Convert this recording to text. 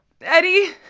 Eddie